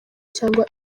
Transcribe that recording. cyangwa